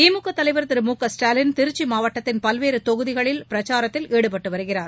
திமுக தலைவர் திரு முகஸ்டாலின் திருச்சி மாவட்டத்தின் பல்வேறு தொகுதிகளில் பிரச்சாரத்தில் ஈடுபட்டு வருகிறார்